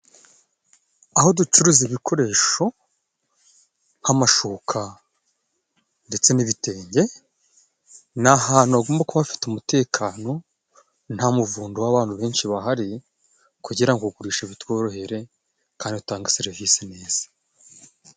Aho ducuruza ibikoresho nk'amashuka ndetse n'ibitenge, ni ahantu hagomba kuba hafite umutekano, nta muvundo w'abantu benshi bahari kugira ngo kugurisha bitworohere kandi dutange serivise neza.